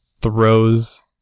throws